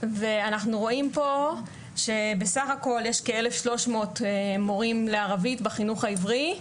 אנחנו רואים פה שבסך הכול יש כ-1,300 מורים לערבית בחינוך העברי.